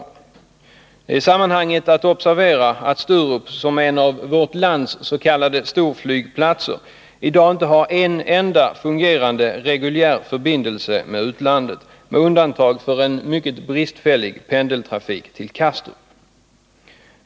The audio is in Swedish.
Det är i sammanhanget att observera att Sturup — som en av vårt lands s.k. storflygplatser — i dag inte har en enda fungerande reguljär förbindelse med utlandet, med undantag för en mycket bristfällig pendeltrafik till Kastrup.